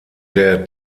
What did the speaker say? der